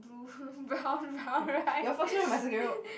blue brown brown right